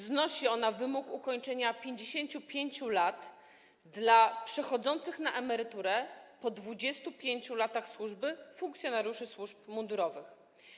Znosi ona wymóg ukończenia 55 lat dla przechodzących na emeryturę po 25 latach służby funkcjonariuszy służb mundurowych.